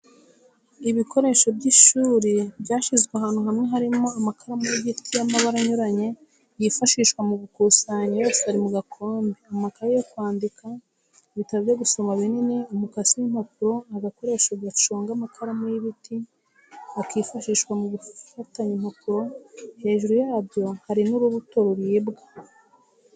Ibikoresho by'ishuri byashyizwe ahantu hamwe harimo amakaramu y'igiti y'amabara anyuranye yifashishwa mu gushushanya, yose ari mu gakombe, amakaye yo kwandikamo, ibitabo byo gusoma binini, umukasi w'impapuro, agakoresho gaconga amakaramu y'ibiti, akifashishwa mu gufatanya impapuro, hejuru yabyo hari n'urubuto ruribwa.